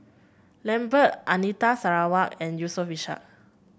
Lambert Anita Sarawak and Yusof Ishak